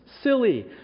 silly